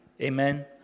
Amen